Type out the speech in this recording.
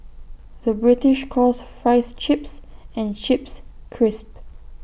the British calls Fries Chips and Chips Crisps